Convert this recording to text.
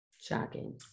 Shocking